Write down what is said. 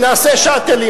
נעשה "שאטלים",